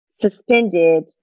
Suspended